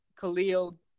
Khalil